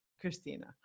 christina